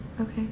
Okay